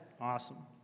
Awesome